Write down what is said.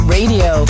Radio